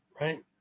right